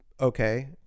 okay